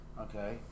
okay